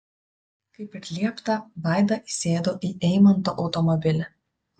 kaip ir liepta vaida įsėdo į eimanto automobilį